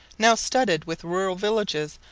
now studded with rural villages,